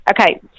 Okay